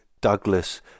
Douglas